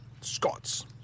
Scots